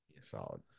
Solid